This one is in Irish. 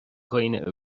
dhaoine